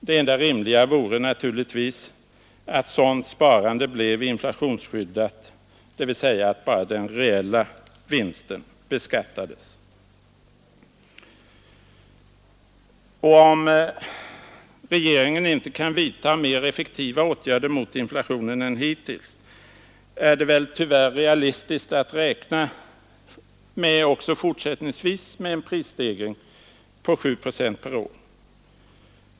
Det enda rimliga vore naturligtvis att sådant sparande blev inflationsskyddat, dvs. att endast den reella vinsten beskattades. Om regeringen inte kan vidta mer effektiva åtgärder mot inflationen än hittills är det väl tyvärr realistiskt att också fortsättningsvis räkna med en prisstegring på 7 procent per år.